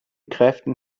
kräften